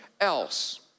else